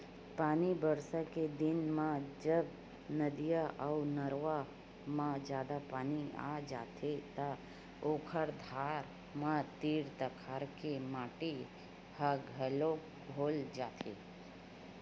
पानी बरसा के दिन म जब नदिया अउ नरूवा म जादा पानी आ जाथे त ओखर धार म तीर तखार के माटी ह घलोक खोला जाथे